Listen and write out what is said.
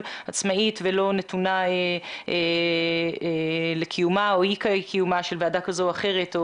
עצמאית ולא נתונה לקיומה או אי קיומה של ועדה כזו או אחרת.